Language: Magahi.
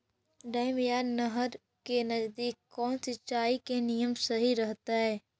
डैम या नहर के नजदीक कौन सिंचाई के नियम सही रहतैय?